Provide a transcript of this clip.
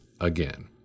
again